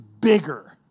bigger